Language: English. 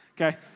Okay